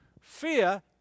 fear